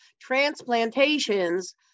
transplantations